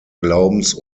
glaubens